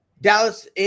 Dallas